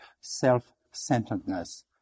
self-centeredness